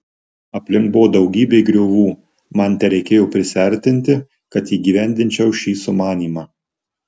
aplink buvo daugybė griovų man tereikėjo prisiartinti kad įgyvendinčiau šį sumanymą